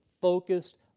focused